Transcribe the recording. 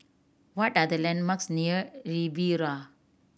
what are the landmarks near Riviera